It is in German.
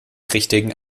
richtigen